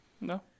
No